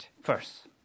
first